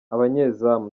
abanyezamu